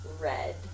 Red